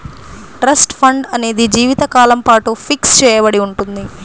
trust fund అనేది జీవితకాలం పాటు ఫిక్స్ చెయ్యబడి ఉంటుంది